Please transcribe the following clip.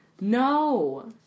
No